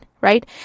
right